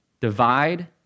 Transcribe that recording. Divide